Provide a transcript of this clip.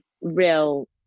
real